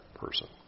person